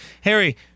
Harry